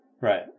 Right